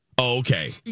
Okay